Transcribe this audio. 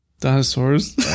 dinosaurs